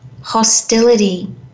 hostility